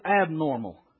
abnormal